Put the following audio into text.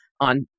on